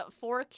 four